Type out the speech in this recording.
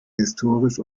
historisch